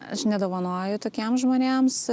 aš nedovanoju tokiems žmonėms